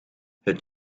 het